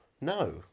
No